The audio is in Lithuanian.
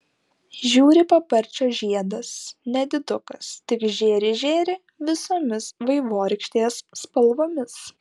žiūri paparčio žiedas nedidukas tik žėri žėri visomis vaivorykštės spalvomis